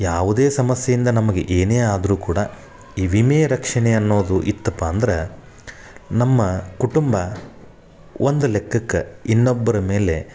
ಯಾವುದೇ ಸಮಸ್ಯೆಯಿಂದ ನಮಗೆ ಏನೇ ಆದರೂ ಕೂಡ ಈ ವಿಮೆ ರಕ್ಷಣೆ ಅನ್ನೋದು ಇತ್ತಪ್ಪ ಅಂದ್ರೆ ನಮ್ಮ ಕುಟುಂಬ ಒಂದು ಲೆಕ್ಕಕ್ಕೆ ಇನ್ನೊಬ್ಬರ ಮೇಲೆ